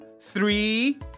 three